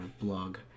blog